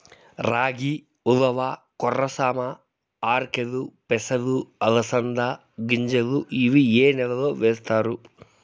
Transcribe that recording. రాగి, ఉలవ, కొర్ర, సామ, ఆర్కెలు, పెసలు, అలసంద గింజలు ఇవి ఏ నెలలో వేస్తారు?